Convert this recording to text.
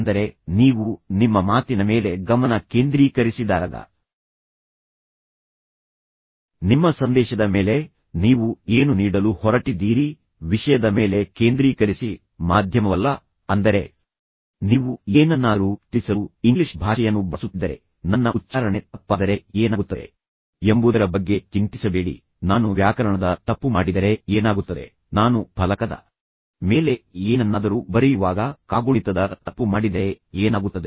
ಅಂದರೆ ನೀವು ನಿಮ್ಮ ಮಾತಿನ ಮೇಲೆ ಗಮನ ಕೇಂದ್ರೀಕರಿಸಿದಾಗ ನಿಮ್ಮ ಸಂದೇಶದ ಮೇಲೆ ನೀವು ಏನು ನೀಡಲು ಹೊರಟಿದ್ದೀರಿ ವಿಷಯದ ಮೇಲೆ ಕೇಂದ್ರೀಕರಿಸಿ ಮಾಧ್ಯಮವಲ್ಲ ಅಂದರೆ ನೀವು ಏನನ್ನಾದರೂ ತಿಳಿಸಲು ಇಂಗ್ಲಿಷ್ ಭಾಷೆಯನ್ನು ಬಳಸುತ್ತಿದ್ದರೆ ನನ್ನ ಉಚ್ಚಾರಣೆ ತಪ್ಪಾದರೆ ಏನಾಗುತ್ತದೆ ಎಂಬುದರ ಬಗ್ಗೆ ಚಿಂತಿಸಬೇಡಿ ನಾನು ವ್ಯಾಕರಣದ ತಪ್ಪು ಮಾಡಿದರೆ ಏನಾಗುತ್ತದೆ ನಾನು ಫಲಕದ ಮೇಲೆ ಏನನ್ನಾದರೂ ಬರೆಯುವಾಗ ಕಾಗುಣಿತದ ತಪ್ಪು ಮಾಡಿದರೆ ಏನಾಗುತ್ತದೆ